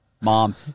Mom